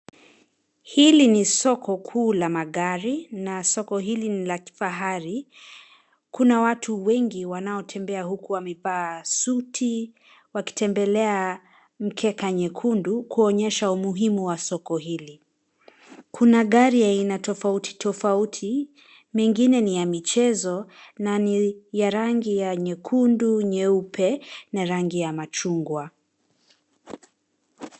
Hili ni soko kuu la magari na soko hili ni la kifahari. Kuna watu wengi wanaotembea huku wamevaa suti wakitembelea mkeka nyekundu kuonyesha umuhimu wa soko hili. Kuna gari aina tofauti tofauti, mengine ni ya michezo na ni ya rangi ya nyekundu, nyeupe na rangi ya machungwa.